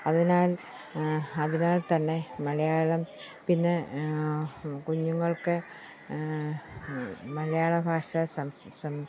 അതിനാൽ അതിനാൽ തന്നെ മലയാളം പിന്നെ കുഞ്ഞുങ്ങൾക്ക് മലയാളഭാഷ